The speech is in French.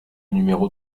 numéro